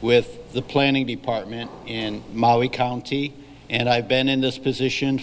with the planning department in maui county and i've been in this position